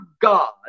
God